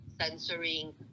censoring